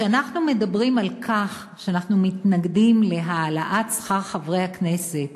כשאנחנו מדברים על כך שאנחנו מתנגדים להעלאת שכר חברי הכנסת,